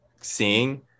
seeing